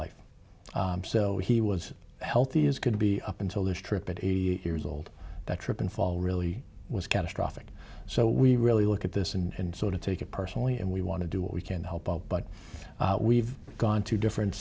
life so he was healthy as could be up until this trip at eighty years old that trip and fall really was catastrophic so we really look at this and sort of take it personally and we want to do what we can to help out but we've gone to different